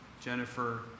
Jennifer